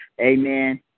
amen